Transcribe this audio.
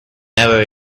never